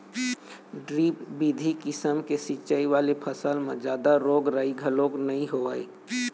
drip बिधि किसम के सिंचई वाले फसल म जादा रोग राई घलोक नइ होवय